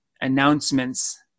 announcements